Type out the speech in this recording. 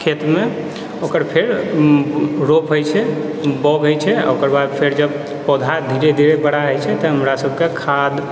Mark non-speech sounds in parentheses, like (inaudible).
खेतमे ओकर फेर रोप हैय छै बौ (unintelligible) हैय छै ओकर बाद फेर जब पौधा धीरे धीरे बड़ा हैय छै तऽ हमरा सबके खाद